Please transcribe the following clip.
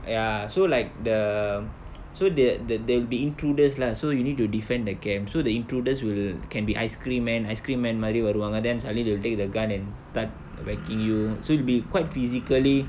ya so like the so the there there'll be intruders lah so you need to defend the camp so the intruders will can be ice cream man ice cream man மாரி வருவாங்க:maari varuvaanga then suddenly they'll take the gun and start attacking you so it'll be quite physically